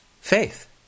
faith